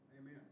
Amen